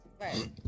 Right